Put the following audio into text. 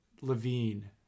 Levine